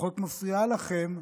פחות מפריעה לכם,